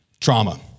trauma